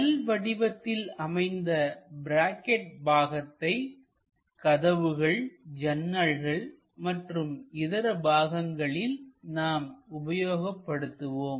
'L' வடிவத்தில் அமைந்த bracket பாகத்தை கதவுகள் ஜன்னல்கள் மற்றும் இதர பாகங்களில் நாம் உபயோகப்படுத்துவோம்